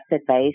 advice